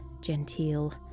genteel